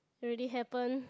already happen